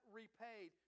repaid